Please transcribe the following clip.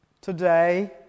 today